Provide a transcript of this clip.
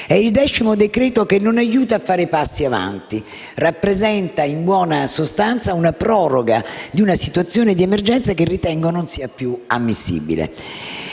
l'undicesimo decreto-legge che non aiuta a fare passi avanti; rappresenta, in buona sostanza, la proroga di una situazione di emergenza che ritengo non sia più ammissibile.